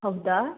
ಹೌದಾ